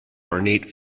ornate